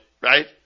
right